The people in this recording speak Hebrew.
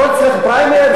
הכול אצלך פריימריז?